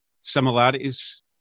similarities